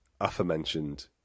aforementioned